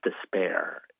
despair